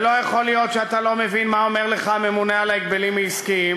ולא יכול להיות שאתה לא מבין מה אומר לך הממונה על ההגבלים העסקיים,